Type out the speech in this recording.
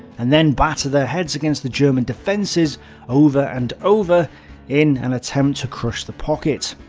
and then batter their heads against the german defences over and over in an attempt to crush the pocket.